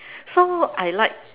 so I like